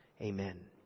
amen